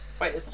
Wait